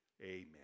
Amen